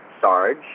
Sarge